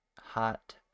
hot